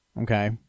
Okay